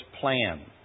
plan